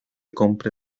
compre